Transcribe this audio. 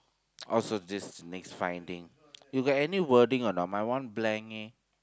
oh so this the next finding you got any wording or not my one blank eh